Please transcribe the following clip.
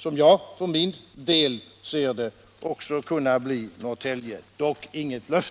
som jag för min del ser det, också bli Norrtälje. Men det är inget löfte.